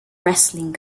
wrestling